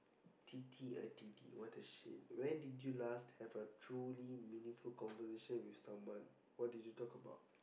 T T uh T T what the shit when did you last had a truly meaningful conversation with someone what did you talk about